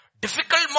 difficult